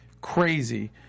crazy